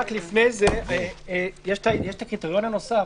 לפני זה, יש קריטריון נוסף